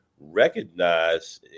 recognize